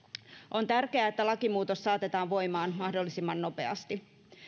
on tärkeää että lakimuutos saatetaan voimaan mahdollisimman nopeasti